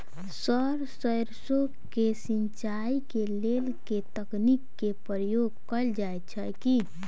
Sir सैरसो केँ सिचाई केँ लेल केँ तकनीक केँ प्रयोग कैल जाएँ छैय?